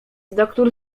doktór